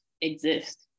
exist